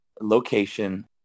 location